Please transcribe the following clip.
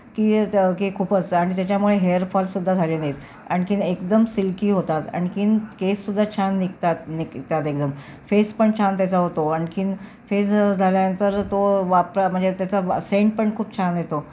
की तर खूपच आणि त्याच्यामुळे हेअर फॉलसुद्धा झाले नाहीत आणखीन एकदम सिल्की होतात आणखीन केससुद्धा छान निघतात निघतात एकदम फेस पण छान त्याचा होतो आणखीन फेस झाल्यानंतर तो वापरा म्हणजे त्याचा सेंटपण खूप छान येतो